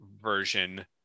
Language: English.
version